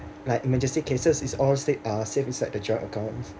like emergency cases is all save uh save inside the joint accounts